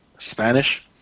Spanish